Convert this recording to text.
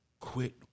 Quit